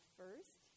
first